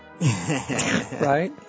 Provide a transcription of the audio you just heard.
Right